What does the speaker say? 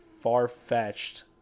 far-fetched